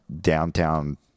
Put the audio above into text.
downtown